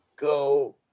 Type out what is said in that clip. go